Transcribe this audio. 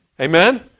Amen